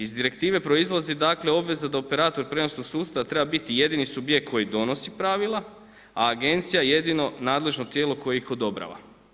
Iz direktive proizlazi dakle obveza da operator prijenosnog sustava treba biti jedini subjekt koji donosi pravila a agencija jedino nadležno tijelo koje ih odobrava.